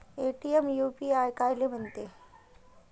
Paytm UPI कायले म्हनते?